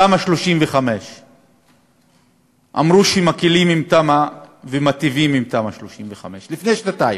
תמ"א 35. אמרו שמקלים עם תמ"א ומטיבים עם תמ"א 35 לפני שנתיים.